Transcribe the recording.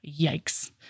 yikes